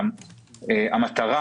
המטרה